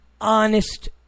honest